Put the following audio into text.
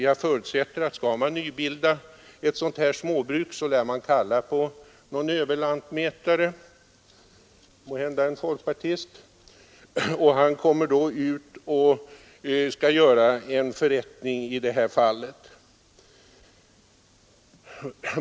Jag förutsätter att man, om man skall nybilda ett småbruk, tillkallar en överlantmätare — måhända en folkpartist — som kommer ut för att göra en förrättning.